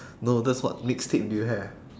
no that's what mixtape do you have